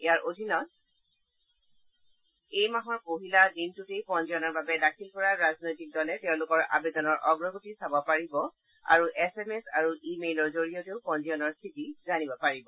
ইয়াৰ অধীনত এই মাহৰ পহিলা দিনত পঞ্জীয়নৰ বাবে দাখিল কৰা ৰাজনৈতিক দলে তেওঁলোকৰ আৰেদনৰ অগ্ৰগতি চাব পাৰিব আৰু এছ এম এছ আৰু ই মেইলৰ জৰিয়তেও পঞ্জীয়নৰ স্থিতি জানিব পাৰিব